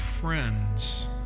friends